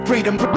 Freedom